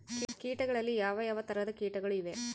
ಕೇಟಗಳಲ್ಲಿ ಯಾವ ಯಾವ ತರಹದ ಕೇಟಗಳು ಇವೆ?